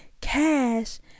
cash